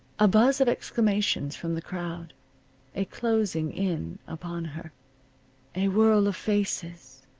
a buzz of exclamations from the crowd a closing in upon her a whirl of faces,